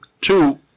two